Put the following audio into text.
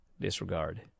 disregard